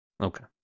Okay